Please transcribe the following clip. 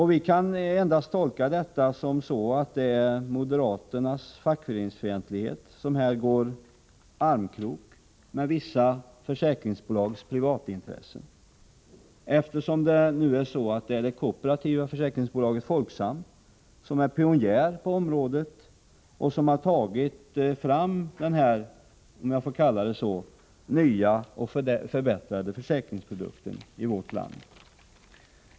Vi kan endast tolka detta förhållande så, att det är moderaternas fackföreningsfientlighet som här går armkrok med vissa försäkringsbolags privatintressen. Här är det ju det kooperativa försäkringsbolaget Folksam som är pionjär på området och som har tagit fram den nya och bättre försäkringsprodukten — om jag får kalla det så —i vårt land.